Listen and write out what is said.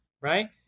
right